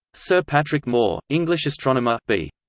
sir patrick moore, english astronomer b.